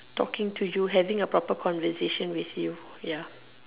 talking to you having a proper conversation with you ya